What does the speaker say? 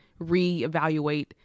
reevaluate